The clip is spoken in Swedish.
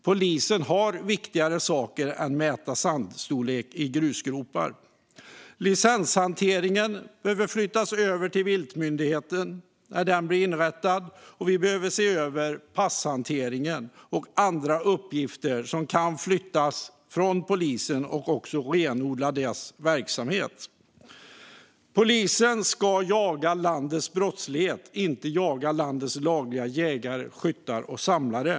Polisen har viktigare saker att göra än att mäta sandkornens storlek i grusgropar. Licenshanteringen behöver flyttas över till viltmyndigheten när den blir inrättad. Vi behöver också se över passhantering och andra uppgifter som kan flyttas från polisen så att deras verksamhet kan renodlas. Polisen ska jaga landets brottslingar och inte jaga landets lagliga jägare, skyttar och samlare.